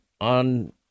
on